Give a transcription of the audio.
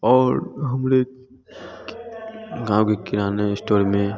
और हमरे गाँव के किराना स्टोर में